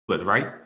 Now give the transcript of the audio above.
right